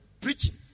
preaching